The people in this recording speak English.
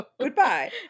goodbye